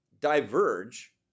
diverge